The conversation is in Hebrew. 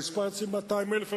המספר אצלי הוא 200,000,